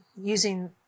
using